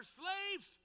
slaves